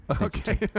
Okay